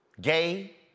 Gay